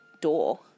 door